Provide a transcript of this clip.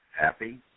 happy